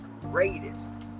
greatest